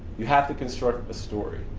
you have to construct a story,